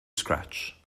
scratch